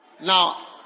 Now